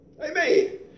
Amen